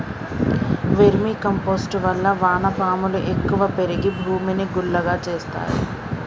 vermi compost వల్ల వాన పాములు ఎక్కువ పెరిగి భూమిని గుల్లగా చేస్తాయి